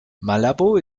malabo